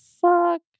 Fuck